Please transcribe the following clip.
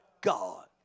God